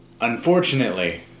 Unfortunately